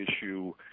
issue